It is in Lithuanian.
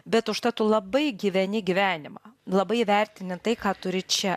bet užtat tu labai gyveni gyvenimą labai vertini tai ką turi čia